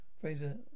Fraser